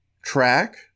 track